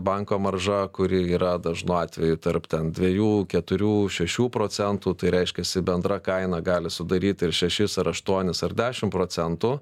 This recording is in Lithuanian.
banko marža kuri yra dažnu atveju tarp ten dviejų keturių šešių procentų tai reiškiasi bendra kaina gali sudaryt ir šešis ir aštuonis ar dešim procentų